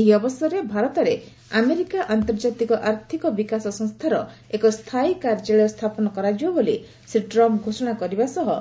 ଏହି ଅବସରରେ ଭାରତରେ ଆମେରିକା ଆନ୍ତର୍ଜାତିକ ଆର୍ଥିକ ବିକାଶ ସଂସ୍ଥାର ଏକ ସ୍ଥାୟୀ କାର୍ଯ୍ୟାଳୟ ସ୍ଥାପନ କରାଯିବ ବୋଲି ଶ୍ରୀ ଟ୍ରମ୍ପ୍ ଘୋଷଣା କରିବା ସହ